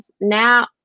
now